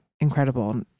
incredible